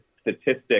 statistics